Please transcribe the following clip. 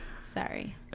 Sorry